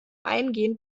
eingehend